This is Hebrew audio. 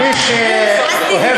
למי שאוהב